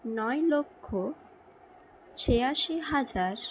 নয় লক্ষ ছিয়াশি হাজার